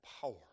power